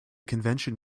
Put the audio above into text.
convention